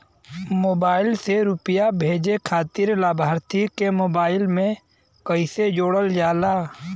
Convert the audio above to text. Mobile से रूपया भेजे खातिर लाभार्थी के मोबाइल मे कईसे जोड़ल जाला?